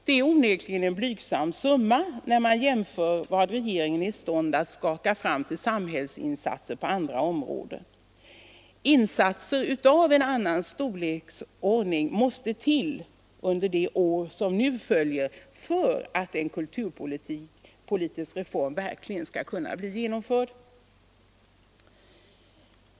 Det är onekligen en blygsam summa när man jämför vad regeringen är i stånd att skaka fram till samhällsinsatser på andra områden. Insatser av en annan storleksordning måste till under de år som nu följer för att en kulturpolitisk reform verkligen skall kunna bli genomförd.